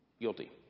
guilty